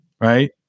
right